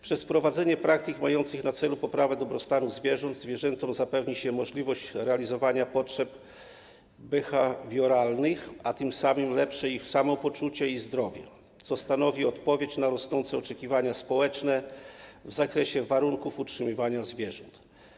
Przez wprowadzenie praktyk mających na celu poprawę dobrostanu zwierząt zwierzętom zapewni się możliwość realizowania potrzeb behawioralnych, a tym samym - lepsze samopoczucie i zdrowie, co stanowi odpowiedź na rosnące oczekiwania społeczne w zakresie warunków utrzymywania zwierząt.